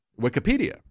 Wikipedia